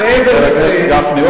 חבר הכנסת גפני,